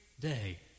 day